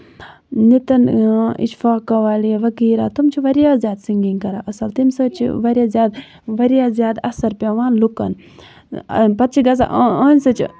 نِتَن اِشفاق کَوال یا وغیرہ تِم چھِ واریاہ زیادٕ سِنگِنگ کران اَصٕل تَمہِ سۭتۍ چھِ واریاہ زیادٕ واریاہ زیادٕ اَثر پیوان لُکن پَتہٕ چھِ گژھان یِہِندِ سۭتۍ چھِ